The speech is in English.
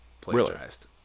plagiarized